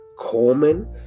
Coleman